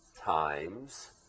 times